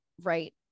right